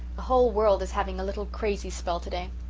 the whole world is having a little crazy spell today.